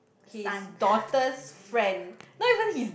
his daughter's friend not even his